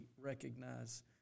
recognize